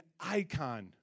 icon